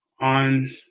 on